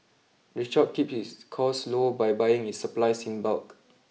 the shop keeps its costs low by buying its supplies in bulk